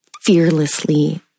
Fearlessly